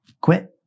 quit